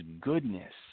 goodness